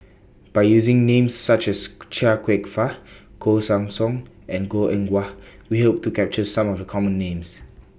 By using Names such as Chia Kwek Fah Koh Guan Song and Goh Eng Wah We Hope to capture Some of The Common Names